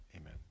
amen